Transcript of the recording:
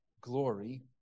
glory